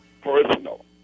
personal